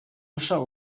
nashaka